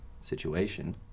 situation